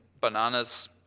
Bananas